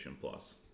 Plus